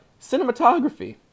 cinematography